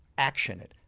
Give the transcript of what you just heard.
action it.